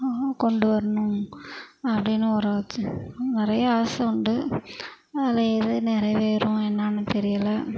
கொண்டு வரணும் அப்படினு வர வச்சேன் நிறைய ஆசை உண்டு அதில் எது நிறைவேறும் என்னன்னு தெரியலை